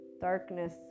darkness